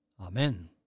Amen